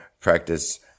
practice